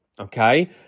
Okay